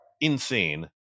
Insane